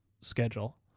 schedule